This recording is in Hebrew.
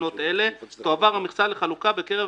בתקנות אלה, תועבר המכסה לחלוקה בקרב